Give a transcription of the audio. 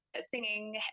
singing